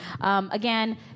Again